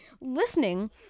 listening